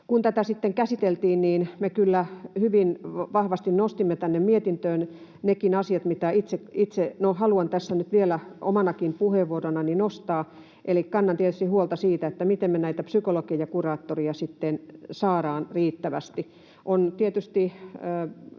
Kun tätä sitten käsiteltiin, niin me kyllä hyvin vahvasti nostimme tänne mietintöön nekin asiat, mitä itse haluan tässä nyt vielä omanakin puheenvuoronani nostaa. Eli kannan tietysti huolta siitä, miten me näitä psykologeja ja kuraattoreja sitten saadaan riittävästi. On tietysti